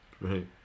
Right